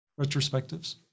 retrospectives